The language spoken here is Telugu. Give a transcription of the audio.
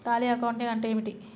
టాలీ అకౌంటింగ్ అంటే ఏమిటి?